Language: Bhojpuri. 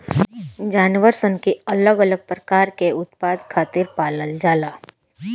जानवर सन के अलग अलग प्रकार के उत्पाद खातिर पालल जाला